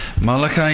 Malachi